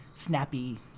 snappy